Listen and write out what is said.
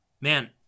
man